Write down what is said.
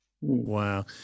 Wow